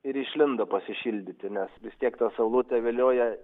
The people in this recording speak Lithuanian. ir išlindo pasišildyti nes vis tiek ta saulutė vilioja